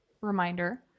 reminder